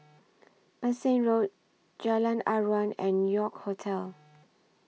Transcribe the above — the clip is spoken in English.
Bassein Road Jalan Aruan and York Hotel